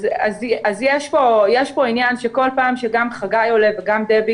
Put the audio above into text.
אז יש פה עניין שכל פעם שחגי עולה לדבר וגם דבי